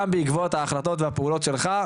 גם בעקבות ההחלטות והפעולות שלך,